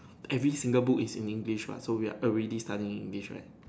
every single book is in English what so we are already study English right